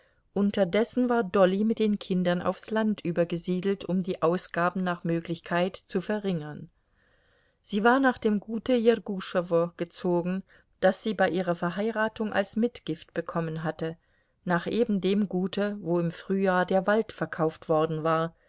unterdessen war dolly mit den kindern aufs land übergesiedelt um die ausgaben nach möglichkeit zu verringern sie war nach dem gute jerguschowo gezogen das sie bei ihrer verheiratung als mitgift bekommen hatte nach ebendem gute wo im frühjahr der wald verkauft worden war